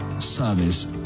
Service